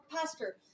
pastor